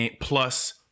plus